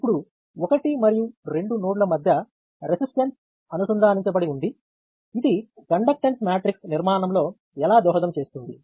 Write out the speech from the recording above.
ఇప్పుడు ఒకటి మరియు రెండు నోడ్ల మధ్య రెసిస్టెన్స్ అనుసంధానించబడి ఉంది ఇది కండెక్టన్స్ మ్యాట్రిక్స్ G నిర్మాణంలో ఎలా దోహదం చేస్తుంది